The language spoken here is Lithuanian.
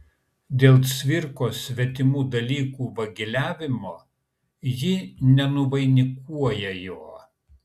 dėl cvirkos svetimų dalykų vagiliavimo ji nenuvainikuoja jo